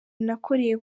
nakoreye